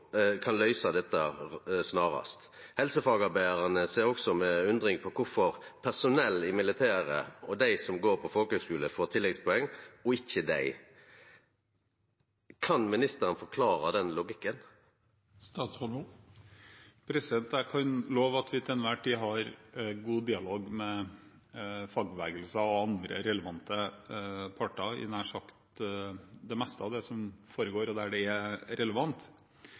løyse dette snarast? Helsefagarbeidarane ser også med undring på kvifor personell i militæret og dei som går på folkehøgskule, får tilleggspoeng, og ikkje dei. Kan ministeren forklare den logikken? Jeg kan love at vi til enhver tid har god dialog med fagbevegelser og andre relevante parter i nær sagt det meste av det som foregår, og der det er relevant.